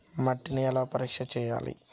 మట్టిని ఎలా పరీక్ష చేయాలి?